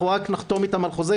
אנחנו רק נחתום איתן על חוזה,